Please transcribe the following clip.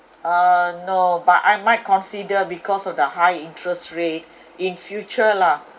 uh no but I might consider because of the high interest rate in future lah